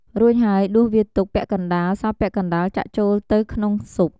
រួចហើយដួសវាទុក ពាក់កណ្តាល សល់ពាក់កណ្តាល ចាក់ចូលទៅក្នុងស៊ុប។